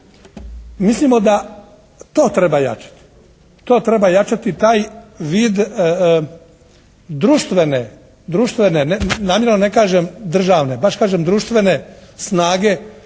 Mislimo da to treba jačati, to treba jačati taj vid društvene, namjerno ne kažem državne, baš kažem društvene snage